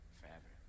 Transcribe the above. forever